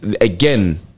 again